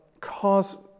cause